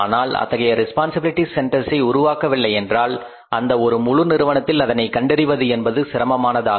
ஆனால் அத்தகைய responsibility centers ஐ உருவாக்கவில்லையென்றால் அந்த ஒரு முழு நிறுவனத்தில் அதனை கண்டறிவது என்பது சிரமமானது